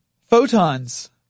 photons